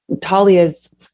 Talia's